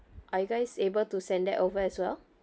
are you guys able to send that over as well